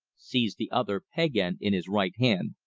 seized the other, peg end in his right hand,